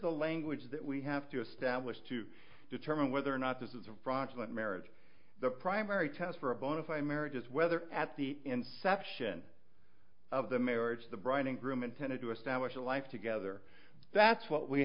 the language that we have to establish to determine whether or not this is a fraudulent marriage the primary test for a bona fide marriage is whether at the inception of the marriage the bride and groom intended to establish a life together that's what we